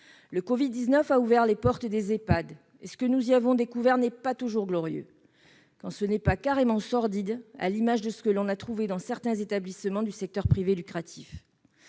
personnes âgées dépendantes (Ehpad) : ce que nous y avons découvert n'est pas toujours glorieux, quand ce n'est pas carrément sordide, à l'image de ce que l'on a trouvé dans certains établissements du secteur privé lucratif.